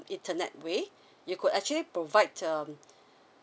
internet way you could actually provide um